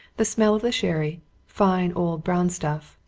the smell of the sherry fine old brown stuff,